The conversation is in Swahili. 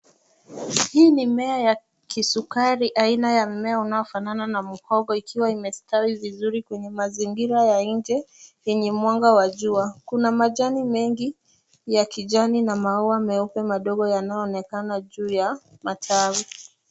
Hii ni mimea ya kisukari aina ya mimea unaofanana na muhogo ikiwa imestawi vizuri kwenye mazingira ya nje yenye mwanga wa jua. Kuna majani mengi ya kijani na maua meupe madogo yanayoonekana juu ya matawi.